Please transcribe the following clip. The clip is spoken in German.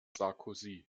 sarkozy